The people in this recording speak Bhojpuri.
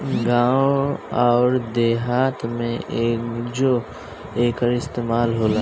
गावं अउर देहात मे आजो एकर इस्तमाल होला